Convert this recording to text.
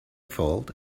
fault